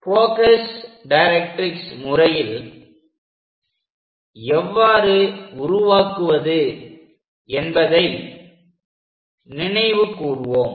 focus directrix முறையில் எவ்வாறு உருவாக்குவது என்பதை நினைவு கூர்வோம்